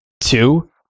Two